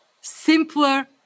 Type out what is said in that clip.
simpler